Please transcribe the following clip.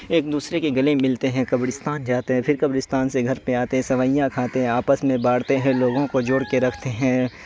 ایک دوسرے کے گلے ملتے ہیں قبرستان جاتے ہیں پھر قبرستان سے گھر پہ آتے سوئیاں کھاتے ہیں آپس میں بانٹے ہیں لوگوں کو جوڑ کے رکھتے ہیں